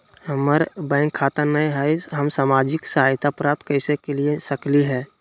हमार बैंक खाता नई हई, हम सामाजिक सहायता प्राप्त कैसे के सकली हई?